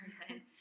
person